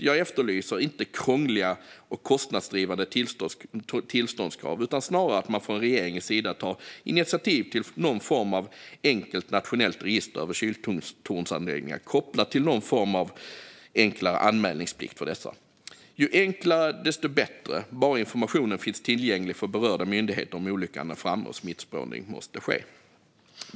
Jag efterlyser inte krångliga och kostnadsdrivande tillståndskrav utan snarare att man från regeringens sida tar initiativ till någon form av enkelt nationellt register över kyltornsanläggningar kopplat till någon form av enklare anmälningsplikt för dessa. Ju enklare, desto bättre, om bara informationen finns lätttillgänglig för berörda myndigheter om olyckan är framme och smittspårning måste ske.